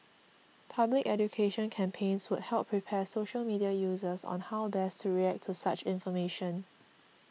public education campaigns would help prepare social media users on how best to react to such information